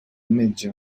metge